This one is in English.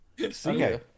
Okay